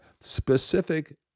specific